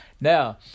Now